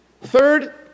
Third